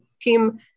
Team